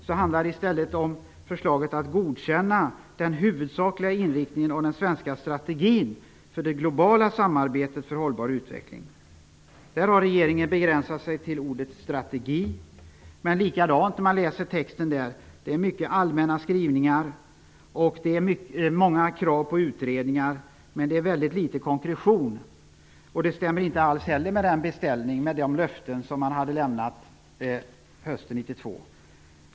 Reservation nr 4 handlar om förslaget att godkänna den huvudsakliga inriktningen av den svenska strategin för det globala samarbetet för hållbar utveckling. Regeringen har begränsat sig till ordet ''strategi''. Även i det här fallet är skrivningen i propositionen mycket allmän. Det finns många krav på utredningar men väldigt litet av konkretion. Det stämmer inte heller med de löften som man gav hösten 1992.